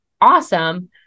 awesome